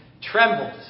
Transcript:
trembled